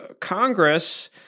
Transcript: congress